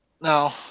No